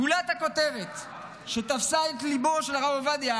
גולת הכותרת שתפסה את ליבו של הרב עובדיה